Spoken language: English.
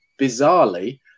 bizarrely